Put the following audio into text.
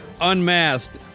Unmasked